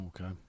okay